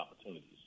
opportunities